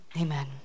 Amen